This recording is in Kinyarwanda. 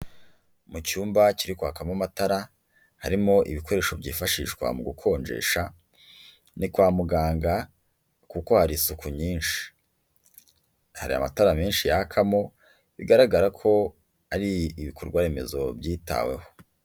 Mu cyumba kiri kwakamo amatara, harimo ibikoresho byifashishwa mu gukonjesha, ni kwa muganga, kuko hari isuku nyinshi, hari amatara menshi yakamo, bigaragara ko ari ibikorwa remezo byitaweho.